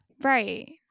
Right